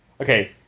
Okay